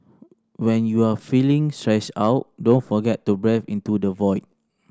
when you are feeling stressed out don't forget to breathe into the void